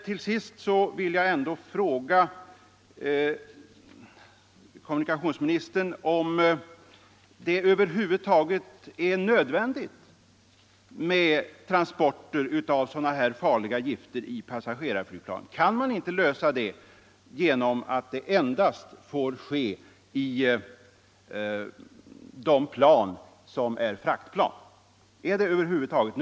Till sist vill jag ännu en gång fråga kommunikationsministern om det över huvud taget är nödvändigt med transporter av farliga gifter i passagerarflygplan. Kan man inte föreskriva att sådana transporter endast får ske med fraktplan?